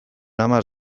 hamar